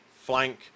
Flank